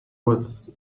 was